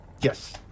Yes